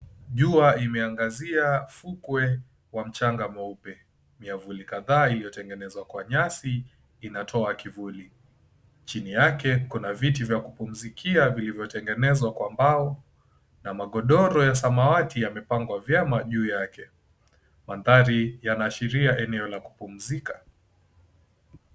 Jua limeangazia ufukwe wa mchanga mweupe. Miavuli kadhaa iliyotengenezwa kwa nyasi inatoa kivuli. Chini yake kuna viti vya kupumzikia vilivyotengenezwa kwa mbao na magodoro ya samawati yamepangwa vyema juu yake. Maanthari yanaashiria eneo la kupumzika.